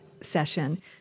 session